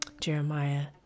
Jeremiah